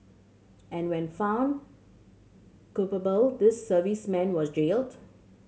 and when found culpable these servicemen was jailed